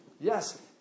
Yes